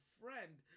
friend